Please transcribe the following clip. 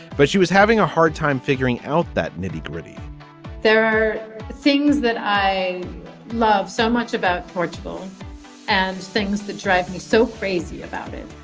but she was having a hard time figuring out that nitty gritty there are things that i love so much about portugal and things that drive me so crazy about it.